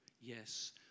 yes